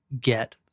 get